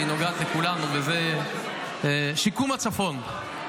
כי היא נוגעת לכולנו: שיקום הצפון.